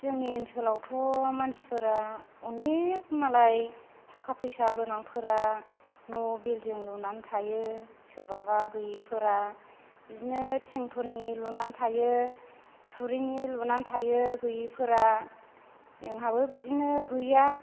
जोंनि ओनसोलावथ' मानसिफोरा अनेख मालाय थाखा फैसा गोनांफोरा न' बिल्डिं लुनानै थायो सोरबाबा गोयिफोरा बिदिनो थिंफोरनि लुना थायो थुरिनि लुनानै थायो गैयिफोरा जोंहाबो बिदिनो गैया